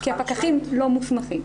כי הפקחים לא מוסמכים.